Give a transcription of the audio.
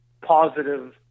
positive